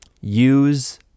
use